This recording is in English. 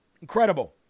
Incredible